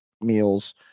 meals